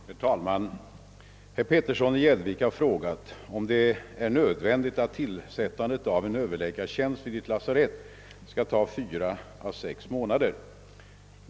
Herr talman! Herr Petersson i Gäddvik har frågat om det är nödvändigt att tillsättandet av en Ööverläkartjänst vid ett lasarett skall ta 4—6 månader.